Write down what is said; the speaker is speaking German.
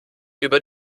über